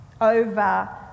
over